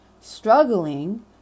Struggling